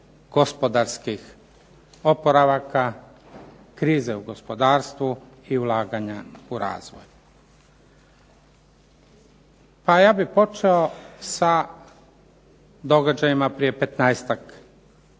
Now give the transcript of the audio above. gospodarskih oporavaka, krize u gospodarstvu i ulaganja u razvoj. Pa ja bih počeo sa događajima prije 15-tak